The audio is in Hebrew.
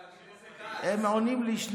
שניהם עונים לי.